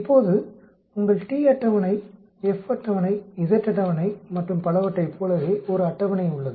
இப்போது உங்கள் t அட்டவணை F அட்டவணை z அட்டவணை மற்றும் பலவற்றைப் போலவே ஒரு அட்டவணை உள்ளது